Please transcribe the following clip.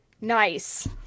Nice